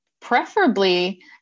preferably